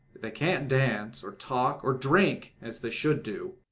they can't dance or talk or drink as they should do.